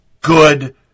good